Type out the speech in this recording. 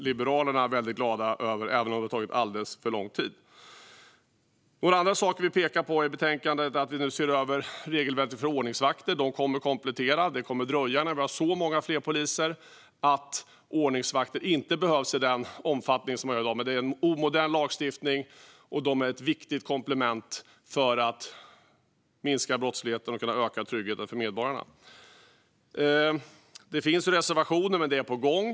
Liberalerna är väldigt glada över det, även om det har tagit alldeles för lång tid. En annan sak vi pekar på i betänkandet är att vi nu ser över regelverket för ordningsvakter. De kommer att komplettera. Det kommer att dröja innan vi har så många fler poliser att ordningsvakter inte behövs i den omfattning som de gör i dag. Det är en omodern lagstiftning, och de är ett viktigt komplement för att minska brottsligheten och kunna öka tryggheten för medborgarna. Det finns reservationer, men detta är på gång.